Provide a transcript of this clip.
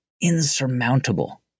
insurmountable